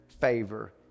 favor